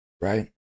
right